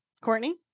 Courtney